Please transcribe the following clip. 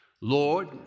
Lord